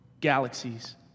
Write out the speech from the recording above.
Galaxies